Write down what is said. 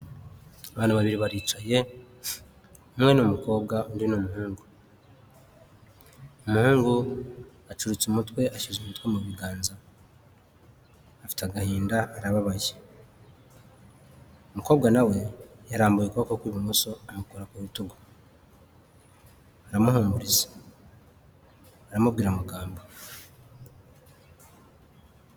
Abantu babiri baricaye umwe n'umukobwa undi n'umuhungu, umuhungu acuritse umutwe ashyize umutwe mu biganza, afite agahinda arababaye, umukobwa nawe yarambuye ukuboko kw'ibumoso amukora k'urutugu aramuhumuriza aramubwira amagambo.